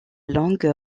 langue